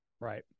Right